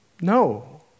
No